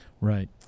Right